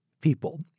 people